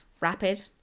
rapid